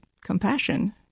compassion